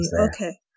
okay